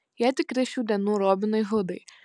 jie tikri šių dienų robinai hudai